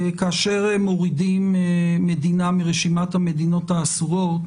כאשר מורידים מדינה מרשימת המדינות האסורות